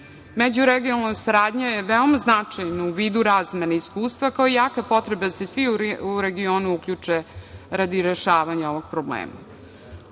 drugo.Međuregionalna saradnja je veoma značajna u vidu razmene iskustva kao jaka potreba da se svi u regionu uključe radi rešavanja ovog problema.U